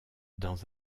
dans